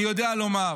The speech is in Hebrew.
אני יודע לומר